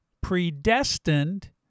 predestined